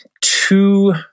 two